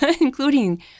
including